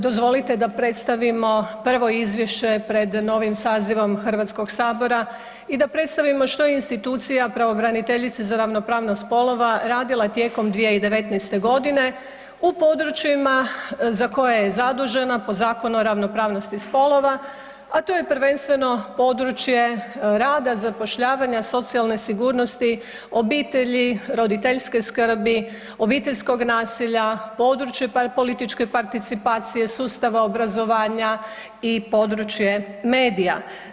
Dozvolite da predstavimo prvo izvješće pred novim sazivom HS-a i da predstavimo što institucija pravobraniteljice za ravnopravnost spolova radila tijekom 2019. g. u područjima za koje je zadužena po Zakonu o ravnopravnosti spolova, a to je prvenstveno područje rada, zapošljavanja, socijalne sigurnosti, obitelji, roditeljske skrbi, obiteljskog nasilja, područja političke participacije, sustava obrazovanja i područje medija.